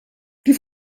die